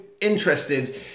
interested